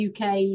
UK